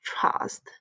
trust